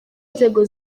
nzego